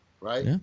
Right